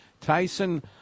Tyson